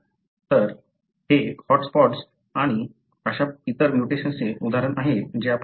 तर हे hot spots आणि अशा इतर म्युटेशन्सचे उदाहरण आहे जे आपण पाहिले आहे